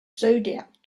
zodiac